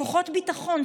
כוחות ביטחון,